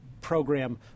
program